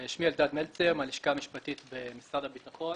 אני מהלשכה המשפטית במשרד הביטחון.